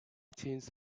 teens